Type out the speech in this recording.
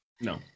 no